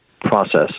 process